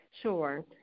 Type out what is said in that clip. Sure